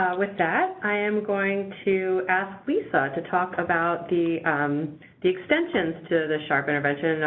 ah with that, i am going to ask lisa to talk about the the extensions to the sharp intervention